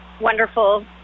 wonderful